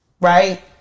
right